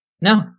No